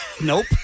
Nope